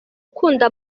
ukunda